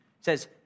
says